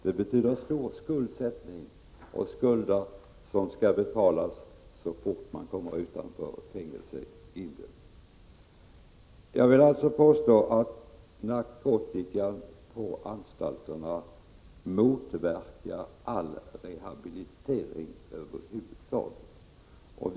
Den betyder en skuldsättning — skulder som skall betalas så fort de intagna kommer utanför fängelsegrinden. Jag vill alltså påstå att narkotikan på anstalterna motverkar all rehabilitering över huvud taget.